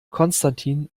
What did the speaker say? konstantin